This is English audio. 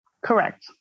Correct